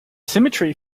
symmetry